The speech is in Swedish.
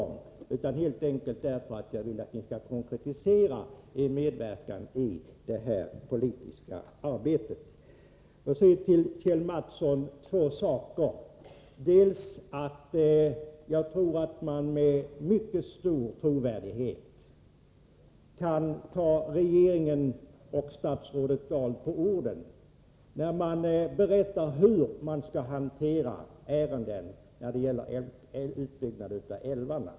Jag vill helt enkelt att ni skall konkretisera er medverkan i det här politiska arbetet. Till Kjell Mattsson vill jag säga två saker. Jag tror att man med mycket stor sannolikhet kan ta regeringen och statsrådet Dahl på orden när de berättar hur de skall hantera ärenden som gäller en utbyggnad av älvarna.